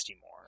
more